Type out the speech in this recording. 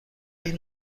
این